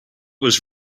was